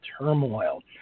Turmoil